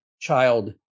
child